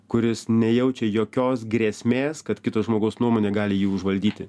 kuris nejaučia jokios grėsmės kad kito žmogaus nuomonė gali jį užvaldyti